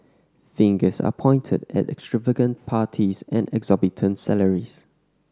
fingers are pointed at extravagant parties and exorbitant salaries